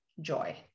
joy